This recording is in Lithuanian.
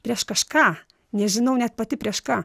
prieš kažką nežinau net pati prieš ką